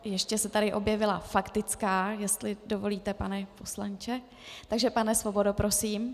Ještě se tady objevila faktická, jestli dovolíte, pane poslanče, takže, pane Svobodo, prosím.